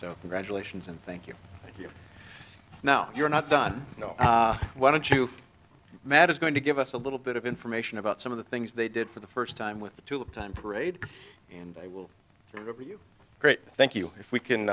so congratulations and thank you you now you're not done you know why don't you matt is going to give us a little bit of information about some of the things they did for the first time with the two time parade and they will give you great thank you if we can